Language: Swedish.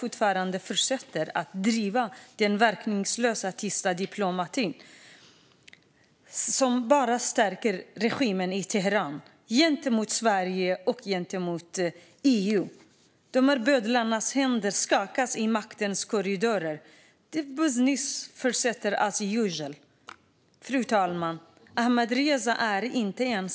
I stället fortsätter Sverige att driva den verkningslösa tysta diplomatin, som bara stärker regimen i Teheran gentemot Sverige och EU. Man skakar händer med bödlarna i maktens korridorer. Business fortsätter as usual. Fru talman! Ahmadreza är inte ensam.